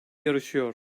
yarışıyor